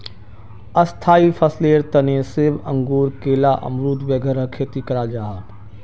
स्थाई फसलेर तने सेब, अंगूर, केला, अमरुद वगैरह खेती कराल जाहा